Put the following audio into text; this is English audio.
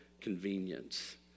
convenience